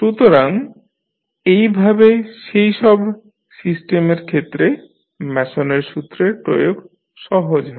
সুতরাং এইভাবে সেইসব সিস্টেমের ক্ষেত্রে ম্যাসনের সূত্রের প্রয়োগ সহজ হয়